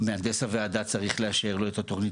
מהנדס הוועדה צריך לאשר לו את תוכנית